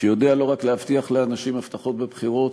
שיודע לא רק להבטיח לאנשים הבטחות בבחירות,